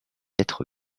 être